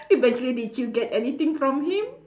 eventually did you get anything from him